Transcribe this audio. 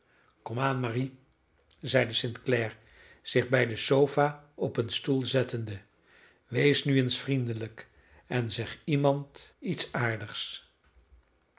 komaan marie zeide st clare zich bij de sofa op een stoel zettende wees nu eens vriendelijk en zeg iemand iets aardigs